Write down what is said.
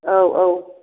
औ औ